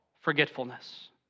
forgetfulness